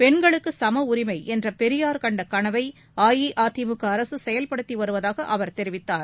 பெண்களுக்கு சம உரிமை என்ற பெரியார் கண்ட கனவை அஇஅதிமுக அரசு செயல்படுத்தி வருவதாக அவர் தெரிவித்தார்